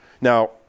now